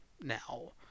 now